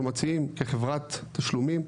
אנחנו מציעים, כחברת תשלומים,